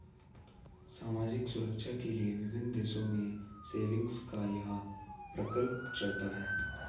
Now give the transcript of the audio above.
सामाजिक सुरक्षा के लिए विभिन्न देशों में सेविंग्स का यह प्रकल्प चलता है